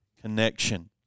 connection